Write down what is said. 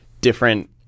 different